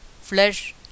flesh